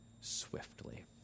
swiftly